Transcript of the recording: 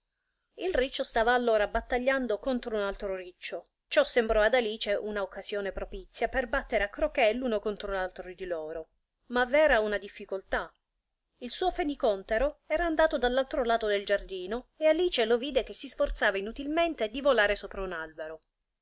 il riccio stava allora battagliando contro un altro riccio ciò sembrò ad alice una occasione propizia per battere a croquet l'uno con l'altro di loro ma v'era una difficoltà il suo fenicòntero era andato all'altro lato del giardino e alice lo vide che si sforzava inutilmente di volare sopra un albero